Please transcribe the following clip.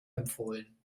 empfohlen